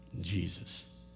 Jesus